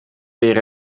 weer